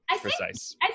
precise